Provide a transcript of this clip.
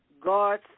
God